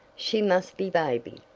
she must be babied.